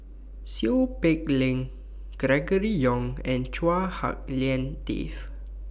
Seow Peck Leng Gregory Yong and Chua Hak Lien Dave